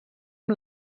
amb